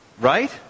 right